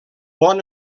bon